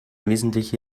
wesentliche